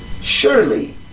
Surely